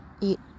eat